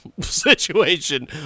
situation